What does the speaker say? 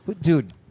Dude